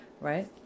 right